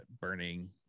burning